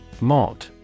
Mod